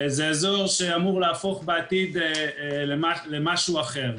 זה אזור שאמור להפוך בעתיד למשהו אחר.